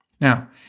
Now